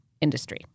industry